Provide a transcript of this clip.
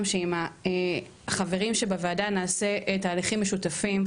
שעם החברים בוועדה נעשה תהליכים משותפים,